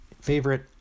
favorite